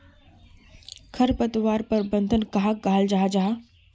खरपतवार प्रबंधन कहाक कहाल जाहा जाहा?